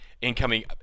incoming